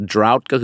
Drought